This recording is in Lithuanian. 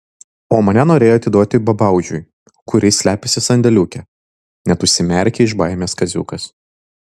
o mane norėjo atiduoti babaužiui kuris slepiasi sandėliuke net užsimerkė iš baimės kaziukas